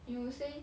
you will say